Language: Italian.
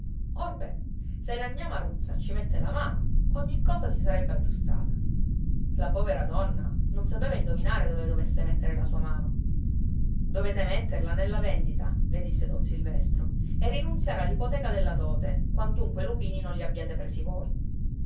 se la gnà maruzza ci mette la mano ogni cosa si sarebbe aggiustata la povera donna non sapeva indovinare dove dovesse mettere la sua mano dovete metterla nella vendita le disse don silvestro e rinunziare all'ipoteca della dote quantunque i lupini non li abbiate presi voi